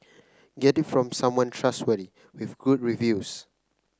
get it from someone trustworthy with good reviews